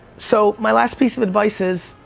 so my last piece of advice is,